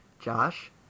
Josh